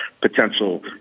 potential